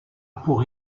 pour